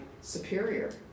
Superior